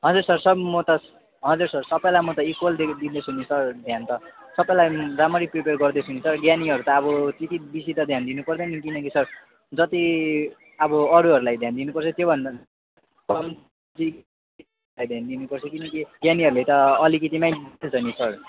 हजुर sir sir म त हजुर सर सबैलाई म त इक्वल दिँदैछु नि सर ध्यान त सबैलाई राम्ररी प्रिपियर गर्दैछु नि स र ज्ञानीहरू त अब त्यति बेसी त ध्यान दिनुपर्दैन किनकि सर जति अब अरूहरूलाई ध्यान दिनुपर्छ त्यो भन्दा कम्ती नै ध्यान दिनुपर्छ किनकि ज्ञानीहरूले त अलिकतिमै टिपिहाल्छ नि सर